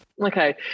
Okay